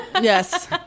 Yes